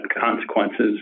consequences